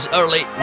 early